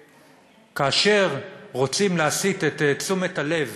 שכאשר רוצים להסיט את תשומת הלב